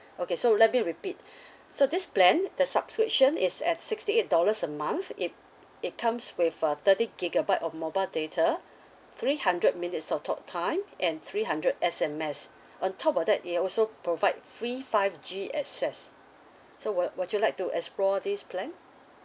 okay so let me repeat so this plan the subscription is at sixty eight dollars a month it it comes with a thirty gigabyte of mobile data three hundred minutes of talk time and three hundred S_M_S on top of that they also provide free five G access so would would you like to explore this plan